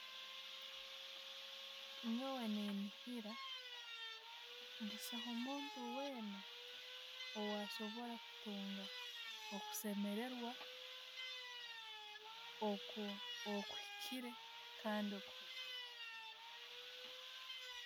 Nyoowe neniihiira busaho muntu weena owasobora kutunga okusemererwa oku- okuhiikire kandi.